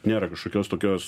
nėra kažkokios tokios